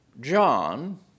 John